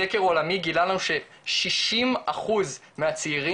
סקר עולמי גילה לנו ש-60 אחוז מהצעירים